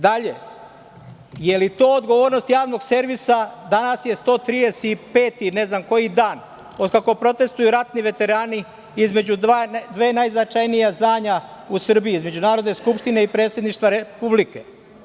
Dalje, je li to odgovornost Javnog servisa da, danas je 135 i ne znam koji dan od kako protestvuju ratni veterani između dva najznačajnija zdanja u Srbiji, između Narodne skupštine i Predsedništva Republike.